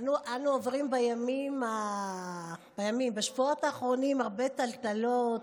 אנו עוברים בימים ובשבועות האחרונים הרבה טלטלות,